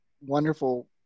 wonderful